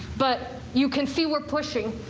but you can see we're pushing.